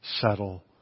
settle